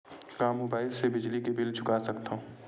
का मुबाइल ले बिजली के बिल चुका सकथव?